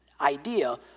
idea